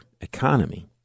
economy